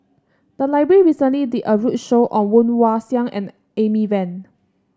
the library recently did a roadshow on Woon Wah Siang and Amy Van